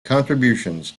contributions